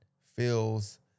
feels